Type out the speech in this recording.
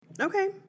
Okay